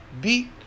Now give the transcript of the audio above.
beat